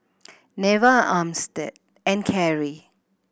Neva Armstead and Keri